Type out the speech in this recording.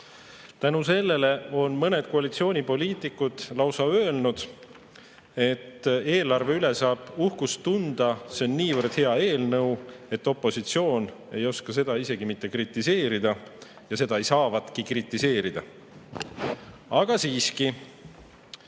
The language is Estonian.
Tänu sellele on mõned koalitsioonipoliitikud lausa öelnud, et eelarve üle saab uhkust tunda, see on niivõrd hea eelnõu, et opositsioon ei oska seda isegi mitte kritiseerida, ja seda ei saavatki kritiseerida. Aga siiski,